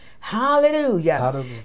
Hallelujah